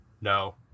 No